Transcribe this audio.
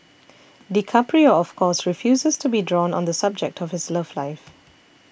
DiCaprio of course refuses to be drawn on the subject of his love life